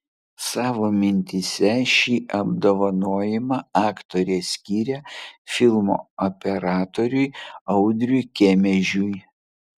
savo mintyse šį apdovanojimą aktorė skiria filmo operatoriui audriui kemežiui